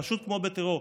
פשוט כמו בטרור.